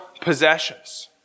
possessions